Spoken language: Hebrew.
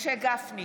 משה גפני,